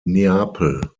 neapel